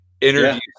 interview